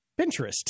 Pinterest